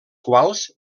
quals